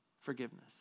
forgiveness